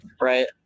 right